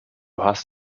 hast